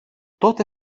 τότε